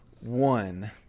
one